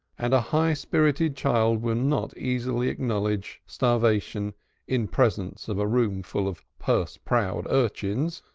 and a high-spirited child will not easily acknowledge starvation in presence of a roomful of purse-proud urchins,